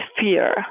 fear